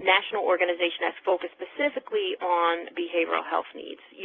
national organization that's focused specifically on behavioral health needs, you